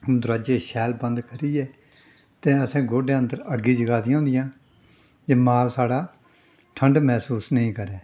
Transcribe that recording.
दरोआजे शैल बंद करियै ते असें गोढें अन्दर अग्गीं जगाई दियां होंदियां जे माल साढ़ा ठंड मैह्सूस नेईं करै